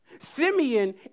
Simeon